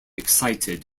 excited